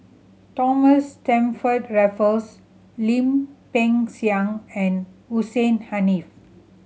Thomas Stamford Raffles Lim Peng Siang and Hussein Haniff